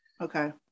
Okay